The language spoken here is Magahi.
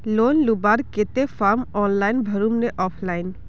लोन लुबार केते फारम ऑनलाइन भरुम ने ऑफलाइन?